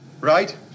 Right